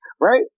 Right